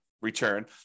return